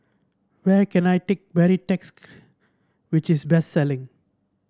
Where can I take Baritex which is best selling